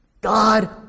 God